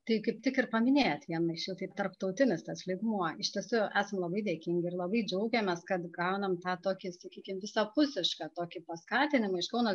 tai kaip tik ir paminėjot vieną iš jų tai tarptautinis tas lygmuo iš tiesų esam labai dėkingi ir labai džiaugiamės kad gaunam tą tokį sakykim visapusišką tokį paskatinimą iš kauno